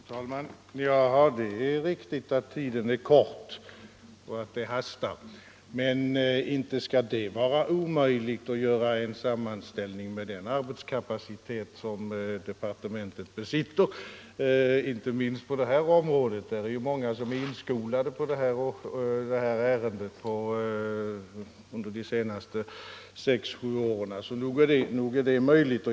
Fru talman! Det är riktigt att tiden är kort och att det hastar, men med den arbetskapacitet som departementet besitter, inte minst på det här området, skall det väl inte vara omöjligt att göra en sådan sammanställning. Många har ju blivit inskolade på det här ärendet under de senaste sex, sju åren, så nog är det möjligt.